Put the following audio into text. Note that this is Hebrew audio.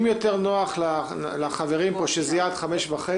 אם יותר נוח לחברים פה שזה יהיה עד 17:30,